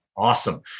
Awesome